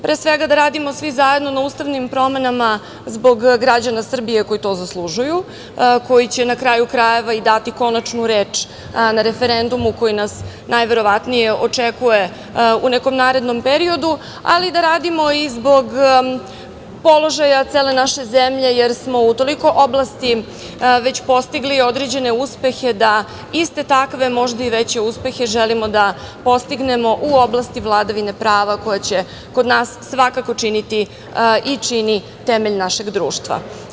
Pre svega, da radimo svi zajedno na ustavnim promenama zbog građana Srbije koji to zaslužuju, koji će i dati konačnu reč na referendumu koji nas najverovatnije očekuje u nekom narednom periodu, ali i da radimo zbog položaja cele naše zemlje, jer smo u toliko oblasti već postigli određene uspehe da iste takve možda i veće uspehe želimo da postignemo u oblasti vladavine prava koje će kod nas svakako činiti i čini temelj našeg društva.